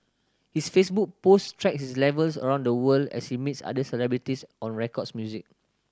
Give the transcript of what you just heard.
his Facebook post track his travels around the world as he meets other celebrities on records music